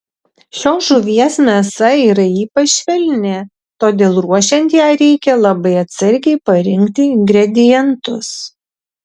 šios žuvies mėsa yra ypač švelni todėl ruošiant ją reikia labai atsargiai parinkti ingredientus